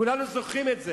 כולנו זוכרים את זה.